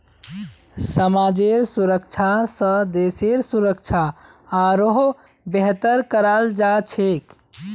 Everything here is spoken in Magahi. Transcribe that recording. समाजेर सुरक्षा स देशेर सुरक्षा आरोह बेहतर कराल जा छेक